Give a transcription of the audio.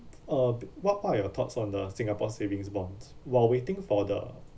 uh b~ what are your thoughts on the singapore savings bonds while waiting for the